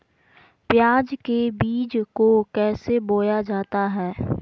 प्याज के बीज को कैसे बोया जाता है?